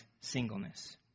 singleness